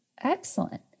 Excellent